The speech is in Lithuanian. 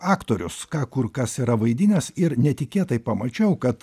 aktorius ką kur kas yra vaidinęs ir netikėtai pamačiau kad